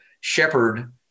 shepherd